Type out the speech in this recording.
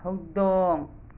ꯍꯧꯗꯣꯡ